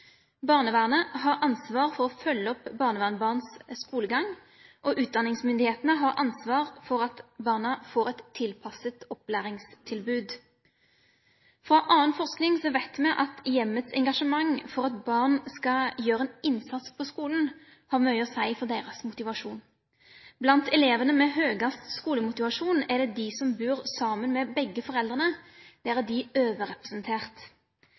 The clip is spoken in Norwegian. Barnevernet har ansvar for å følge opp barnevernsbarns skolegang, og utdanningsmyndighetene har ansvar for at barna får et tilpasset opplæringstilbud. Fra annen forskning vet vi at hjemmets engasjement for at barn skal gjøre en innsats på skolen, har mye å si for deres motivasjon. Blant elevene med høyest skolemotivasjon er det de som bor sammen med begge foreldrene, som er overrepresentert